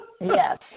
yes